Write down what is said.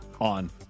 on